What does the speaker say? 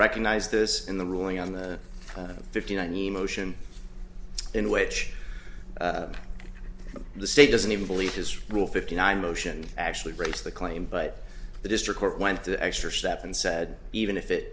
recognized this in the ruling on the fifty nine emotion in which the state doesn't even believe his rule fifty nine motion actually breaks the claim but the district court went the extra step and said even if it